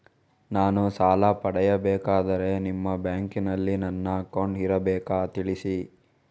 ನಾನು ಸಾಲ ಪಡೆಯಬೇಕಾದರೆ ನಿಮ್ಮ ಬ್ಯಾಂಕಿನಲ್ಲಿ ನನ್ನ ಅಕೌಂಟ್ ಇರಬೇಕಾ ತಿಳಿಸಿ?